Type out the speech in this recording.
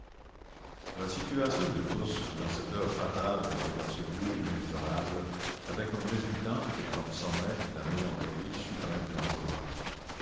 la situation de tous dans cette heure fatale et dans ce lieu inexorable avait comme résultante et comme sommet la mélancolie suprême d'enjolras